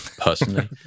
personally